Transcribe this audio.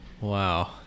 Wow